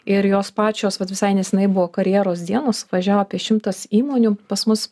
ir jos pačios vat visai nesenai buvo karjeros dienos atvažiavo apie šimtas įmonių pas mus